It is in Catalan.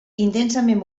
intensament